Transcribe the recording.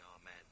Amen